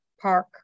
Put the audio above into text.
Park